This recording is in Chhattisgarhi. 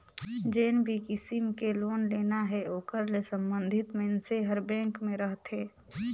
जेन भी किसम के लोन लेना हे ओकर ले संबंधित मइनसे हर बेंक में रहथे